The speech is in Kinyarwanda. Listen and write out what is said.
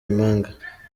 impanga